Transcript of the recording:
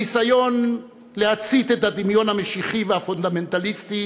הניסיון להצית את הדמיון המשיחי והפונדמנטליסטי,